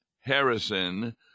Harrison